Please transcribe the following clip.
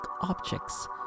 objects